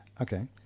Okay